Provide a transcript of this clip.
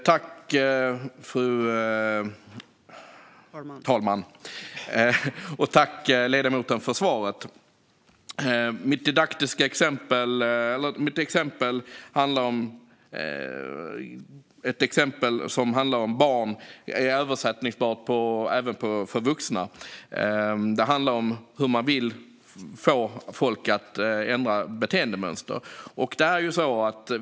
Fru talman! Tack, ledamoten, för svaret! Mitt exempel handlar om barn men är tillämpbart även på vuxna. Det handlar om hur man vill få folk att ändra beteendemönster.